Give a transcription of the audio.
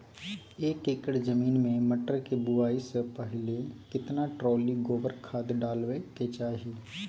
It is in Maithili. एक एकर जमीन में मटर के बुआई स पहिले केतना ट्रॉली गोबर खाद डालबै के चाही?